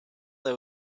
that